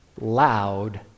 Loud